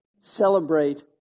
celebrate